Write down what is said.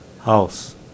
house